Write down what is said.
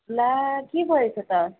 ला के भएको छ